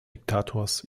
diktators